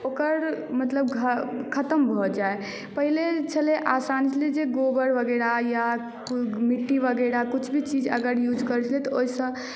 ओकर मतलब खत्म भऽ जाइ पहीले जे छलै आसानी छलै जे गोबर वगैरह या मिट्टी वगैरह किछु भी चीज अगर यूज करै छलै तऽ ओहिसँ